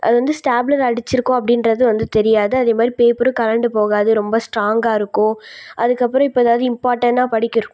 அது வந்து ஸ்டாப்லர் அடிச்சுருக்கோம் அப்படின்றது வந்து தெரியாது அதேமாதிரி பேப்பரும் கழன்டு போகாது ரொம்ப ஸ்ட்ராங்காயிருக்கும் அதுக்கப்புறம் இப்போ ஏதாவது இம்பார்டண்னாக படிக்கிறோம்